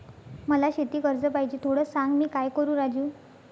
मला शेती कर्ज पाहिजे, थोडं सांग, मी काय करू राजू?